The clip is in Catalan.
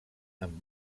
amb